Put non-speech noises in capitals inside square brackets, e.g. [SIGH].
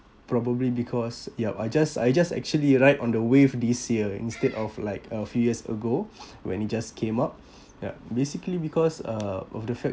probably because yup I just I just actually ride on the wave this year instead of like uh few years ago [NOISE] when it just came up ya basically because uh of the fact